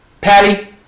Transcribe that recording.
patty